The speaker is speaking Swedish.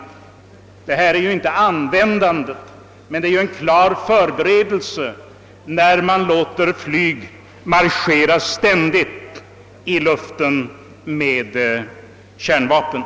I detta fall rör det sig ju inte om användande av kärnvapen, men det är en klar förberedelse när man ständigt låter flyg ligga i luften med kärnvapen.